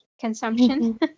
consumption